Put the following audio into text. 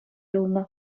юлнӑ